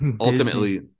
Ultimately